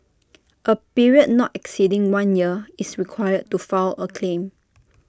A period not exceeding one year is required to file A claim